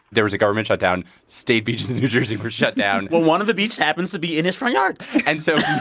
there was a government shutdown. state beaches in new jersey were shut down well, one of the beaches happens to be in his front yard and so.